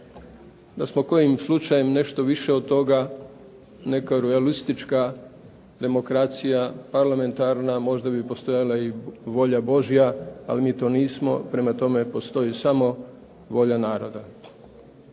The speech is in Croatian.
Da smo kojim slučajem nešto više od toga, neka realistička demokracija, parlamentarna, možda bi postojala i volja božja, ali mi to nismo, prema tome postoji samo volja naroda.